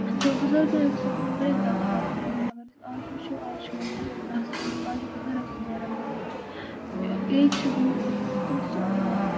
تہٕ بُزرگَن اوس گژھان برٛونٛہہ واریاہ زیادٕ پرٛابلِم مَگر اَگر أسۍ آز وٕچھو آز چھِ مطلب واریاہ زیادٕ آسٲیِش آز چھِ بُزرگ تہِ نیران مطلب یِم ایج چھِ گٔمٕتۍ لوٗکھ تِم تہِ چھِ آز نیران مطلب